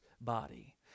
body